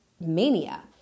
Mania